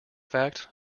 fact